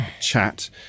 chat